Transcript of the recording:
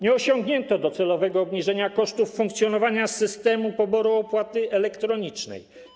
Nie osiągnięto docelowego obniżenia kosztów funkcjonowania systemu poboru opłaty elektronicznej.